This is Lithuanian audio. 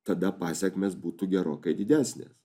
tada pasekmės būtų gerokai didesnės